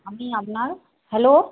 আমি আপনার হ্যালো